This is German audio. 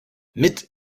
mit